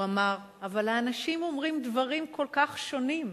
הוא אמר: אבל האנשים אומרים דברים כל כך שונים.